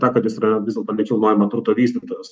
tą kad jis yra vis dėlto nekilnojamo turto vystytojas